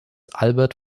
albert